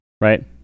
right